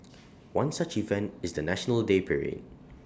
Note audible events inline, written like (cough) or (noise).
(noise) one such event is the National Day parade